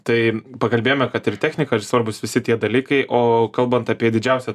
tai pakalbėjome kad ir technika ir svarbūs visi tie dalykai o kalbant apie didžiausią